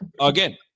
again